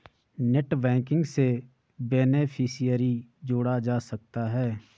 net banking से beneficiary जोड़ा जा सकता है